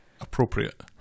appropriate